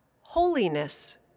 holiness